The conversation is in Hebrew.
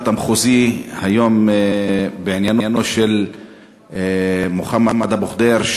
המחוזי היום בעניינו של מוחמד אבו ח'דיר,